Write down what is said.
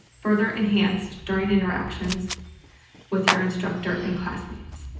further enhanced during interactions with your instructor and classmates.